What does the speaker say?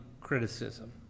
criticism